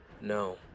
No